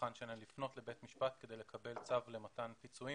הצרכן לפנות לבית משפט כדי לקבל צו למתן פיצויים